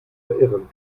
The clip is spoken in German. verirren